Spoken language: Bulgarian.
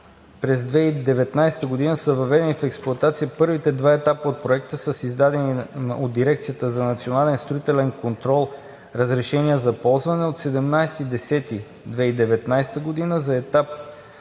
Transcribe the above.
През 2019 г. са въведени в експлоатация първите два етапа от Проекта с издадени от Дирекцията за национален строителен контрол разрешения за ползване от 17 октомври 2019 г. за етап